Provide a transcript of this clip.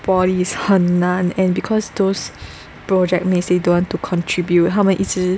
poly is 很难 and because those project mate say don't want to contribute 他们一直